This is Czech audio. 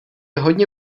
hodně